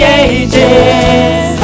ages